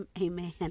Amen